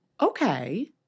okay